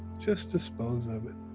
just dispose of it.